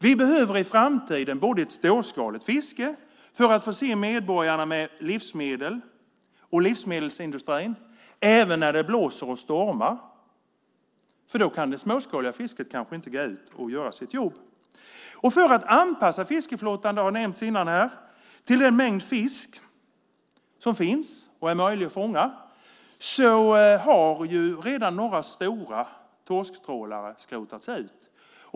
Vi behöver i framtiden ett storskaligt fiske för att förse medborgarna och livsmedelsindustrin med fisk även när det blåser och stormar. Då kan det småskaliga fisket kanske inte gå ut och göra sitt jobb. För att anpassa fiskeflottan - det har nämnts innan här - till den mängd fisk som finns och är möjlig att fånga har redan några stora torsktrålare skrotats ut.